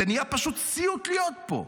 זה נהיה פשוט סיוט להיות פה,